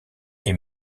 est